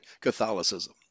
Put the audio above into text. Catholicism